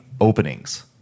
openings